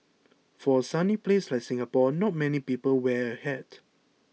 for a sunny place like Singapore not many people wear a hat